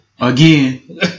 Again